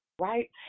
Right